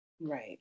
right